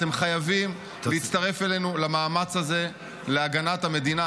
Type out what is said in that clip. אתם חייבים להצטרף אלינו למאמץ הזה להגנת המדינה.